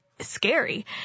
scary